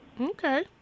Okay